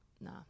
No